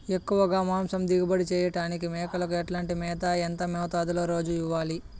ఎక్కువగా మాంసం దిగుబడి చేయటానికి మేకలకు ఎట్లాంటి మేత, ఎంత మోతాదులో రోజు ఇవ్వాలి?